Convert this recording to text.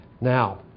Now